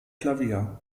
klavier